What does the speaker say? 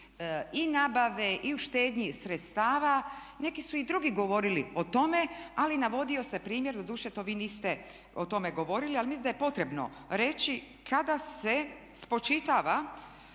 i nabave i u štednji sredstava neki su i drugi govorili o tome, ali navodio se primjer doduše to vi niste o tome govorili, ali mislim da je potrebno reći kada se spočitava,